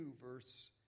verse